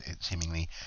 seemingly